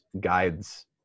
guides